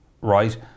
right